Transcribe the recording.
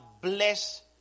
bless